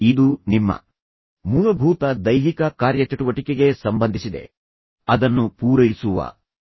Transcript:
ಈಗ ಇಲ್ಲಿ ನೀವು ಇದನ್ನು ನೋಡುವಂತಹ ವಿಭಿನ್ನ ದೃಷ್ಟಿಕೋನದಿಂದ ವಿಶ್ಲೇಷಿಸಬೇಕೆಂದು ನಾನು ಬಯಸುತ್ತೇನೆ